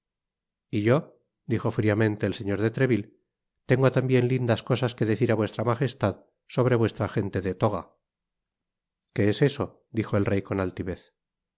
y yo dijo friamente el señor de treville tengo tambien lindas cosas que decir á vuestra magestad sobre vuestra gente de toga que es eso dijo el rey con altivez